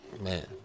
Man